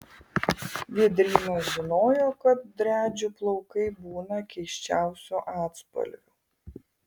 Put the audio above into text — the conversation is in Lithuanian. vėdrynas žinojo kad driadžių plaukai būna keisčiausių atspalvių